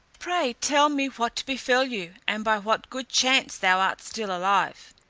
pray tell me what befell you, and by what good chance thou art still alive.